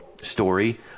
story